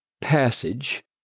passage